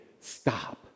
stop